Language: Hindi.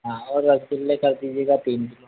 हाँ और रसगुल्ले कर दीजिएगा तीन किलो